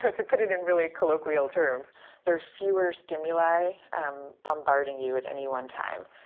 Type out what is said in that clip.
to put it in really colloquial terms there are fewer stimuli um bombarding you at any one time,